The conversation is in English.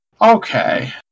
Okay